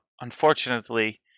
unfortunately